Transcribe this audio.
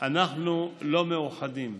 אנחנו לא מאוחדים.